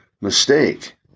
mistake